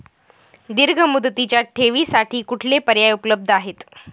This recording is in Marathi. दीर्घ मुदतीच्या ठेवींसाठी कुठले पर्याय उपलब्ध आहेत?